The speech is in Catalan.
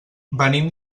venim